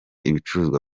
ibicuruzwa